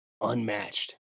unmatched